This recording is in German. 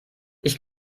ich